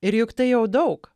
ir juk tai jau daug